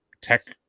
tech